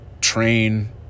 train